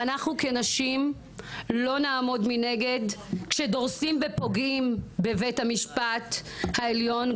ואנחנו כנשים לא נעמוד מנגד כשדורסים ופוגעים בבית המשפט העליון,